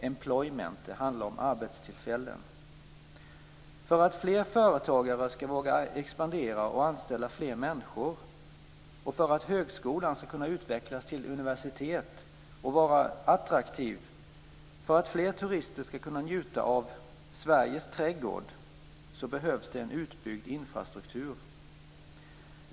Employment handlar om arbetstillfällen. För att fler företagare ska våga expandera och anställa fler människor, för att högskolan ska kunna utvecklas till universitet och vara attraktiv och för att fler turister ska kunna njuta av Sveriges trädgård behövs det en utbyggd infrastruktur.